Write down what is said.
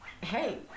hey